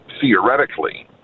theoretically